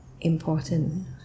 important